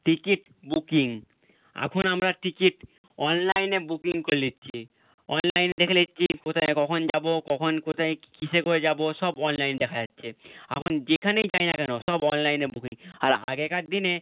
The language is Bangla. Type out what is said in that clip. টিকিট বুকিং এখন আমরা টিকিট অনলাইনে বুকিং করে নিচ্ছি অনলাইনে দেখে নিচ্ছি কোথায় কখন যাব কখন কোথায় কীসে করে যাব সব অনলাইন দেখা যাচ্ছে এখন যেখানেই যাই না কেন সব অনলাইনে বুকিং আর আগেকার দিনে